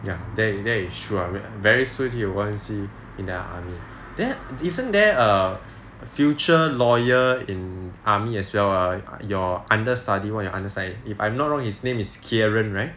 ya that that is true ah very soon we won't see him in the army then isn't there a future lawyer in army as well ah your under study [one] your under study if I'm not wrong his name is kiran right